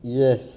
yes